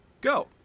go